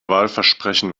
wahlversprechen